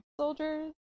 soldiers